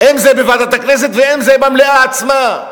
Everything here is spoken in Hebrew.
אם זה בוועדת הכנסת ואם זה במליאה עצמה.